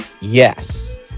Yes